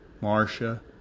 Marcia